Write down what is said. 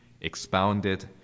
expounded